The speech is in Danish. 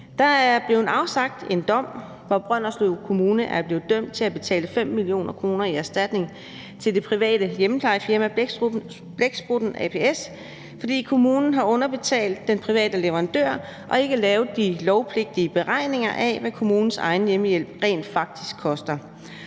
Der er blevet afsagt en dom, hvor Brønderslev Kommune er blevet dømt til at betale 5 mio. kr. i erstatning til det private hjemmeplejefirma Blæksprutten ApS, fordi kommunen har underbetalt den private leverandør og ikke lavet de lovpligtige beregninger af, hvad kommunens egen hjemmehjælp rent faktisk koster.